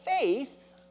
faith